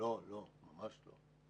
לא, ממש לא.